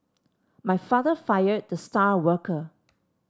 my father fired the star worker